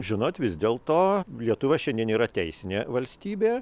žinot vis dėl to lietuva šiandien yra teisinė valstybė